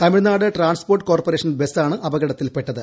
Tamil Nadu transport corporation ബസാണ് അപകടത്തിൽപ്പെട്ടത്